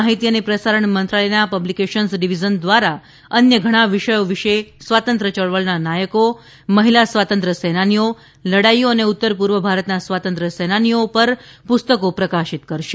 માહિતી અને પ્રસારણ મંત્રાલયના પબ્લિકેશન્સ ડિવિઝન દ્વારા અન્ય ઘણા વિષયો વિષે સ્વાતંત્ર્ય ચળવળના નાયકો મહિલા સ્વાતંત્ર્ય સેનાનીઓ લડાઇઓ અને ઉત્તર પૂર્વ ભારતના સ્વાતંત્ર્ય સેનાનીઓ પર પુસ્તકો પ્રકાશિત કરાશે